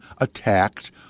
attacked